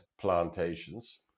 plantations